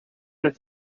that